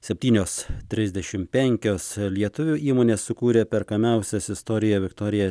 septynios trisdešimt penkios lietuvių įmonė sukūrė perkamiausias istorijoje viktorija